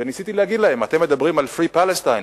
ניסיתי להגיד להם: אתם מדברים על Free Palestine,